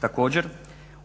Također